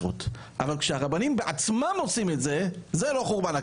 הכשרות הארצית עלה בהרחבה בדוח מבקר המדינה בשנת